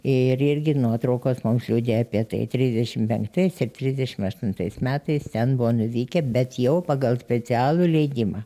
ir irgi nuotraukos mums liudija apie tai trisdešim penktais ir trisdešim aštuntais metais ten buvo nuvykę bet jau pagal specialų leidimą